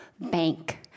bank